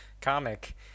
comic